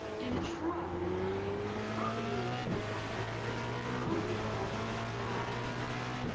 intranet you probably know what intranet is because you're on it at ole miss my ole miss.